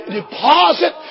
deposit